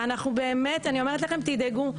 ואנחנו באמת אני אומרת לכם תדאגו,